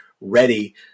ready